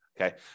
Okay